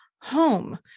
home